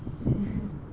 shit